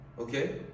okay